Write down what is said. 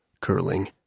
curling